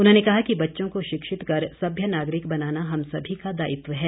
उन्होंने कहा कि बच्चों को शिक्षित कर सभ्य नागरिक बनाना हम सभी का दायित्व है